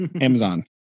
Amazon